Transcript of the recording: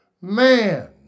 man